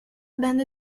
band